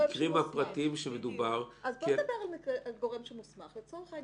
בעבירה פלילית צריך להשאיר איזשהו תחום